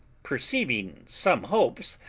perceiving some hopes,